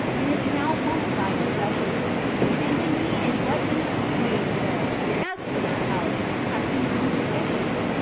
and is now one of thy assessors and indeed in what instance of good-will, as to your house, hath he been deficient?